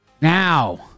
Now